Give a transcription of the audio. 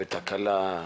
רכבת קלה,